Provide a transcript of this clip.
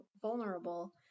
vulnerable